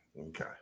Okay